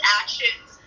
actions